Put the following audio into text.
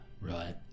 Right